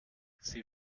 sie